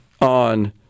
on